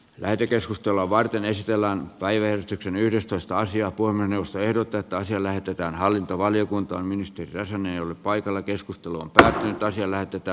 lähetekeskustelua varten esitellään päiväystyksen yhdestoista ensiapu on menossa ehdotetaan se lähetetään hallintovaliokuntaan ministeri räsänen on paikalla keskusteluun perheen tai siellä tyttö